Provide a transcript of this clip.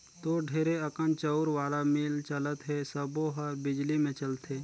तोर ढेरे अकन चउर वाला मील चलत हे सबो हर बिजली मे चलथे